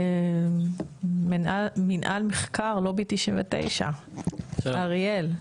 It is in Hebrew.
מנהל מחקר, לובי 99, אריאל.